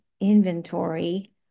inventory